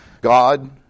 God